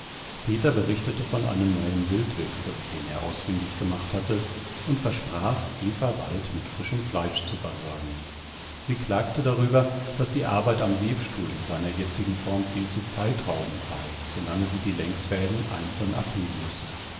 peter berichtete von einem neuen wildwechsel den er ausfindig gemacht hatte und versprach eva bald mit frischem fleisch zu versorgen sie klagte darüber daß die arbeit am webstuhl in seiner jetzigen form viel zu zeitraubend sei solange sie die längsfäden einzeln abheben müsse